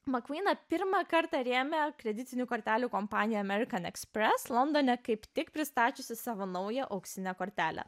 makvyną pirmą kartą rėmė kreditinių kortelių kompanija american express londone kaip tik pristačiusi savo naują auksinę kortelę